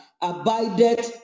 Abided